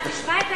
תשמע,